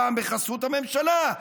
בחסות הממשלה,